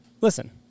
Listen